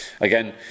Again